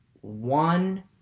one